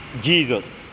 Jesus